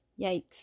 Yikes